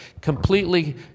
completely